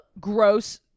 gross